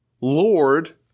Lord